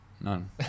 None